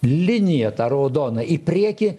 liniją tą raudoną į priekį